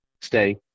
stay